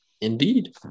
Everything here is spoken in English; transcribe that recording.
Indeed